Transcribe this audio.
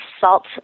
salt